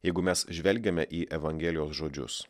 jeigu mes žvelgiame į evangelijos žodžius